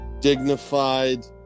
dignified